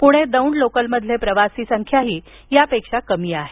पुणे दौंड लोकलमधील प्रवासी संख्या यापेक्षा कमी आहे